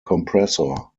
compressor